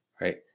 right